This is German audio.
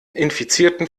infizierten